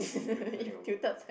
if you turn it over